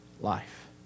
life